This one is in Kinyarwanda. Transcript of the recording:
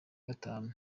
gatanu